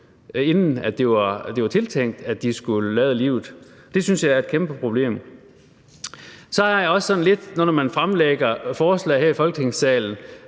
inden det var tiltænkt, at de skulle lade livet. Det synes jeg er et kæmpe problem. Så har jeg det også sådan, når man fremlægger forslag her i Folketingssalen,